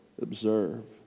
observe